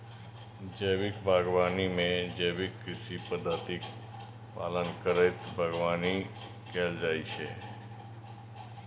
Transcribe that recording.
जैविक बागवानी मे जैविक कृषि पद्धतिक पालन करैत बागवानी कैल जाइ छै